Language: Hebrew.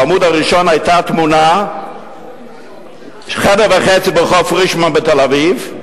בעמוד הראשון היתה תמונה של דירת חדר וחצי ברחוב פרישמן בתל-אביב,